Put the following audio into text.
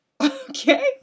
Okay